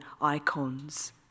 icons